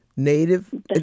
Native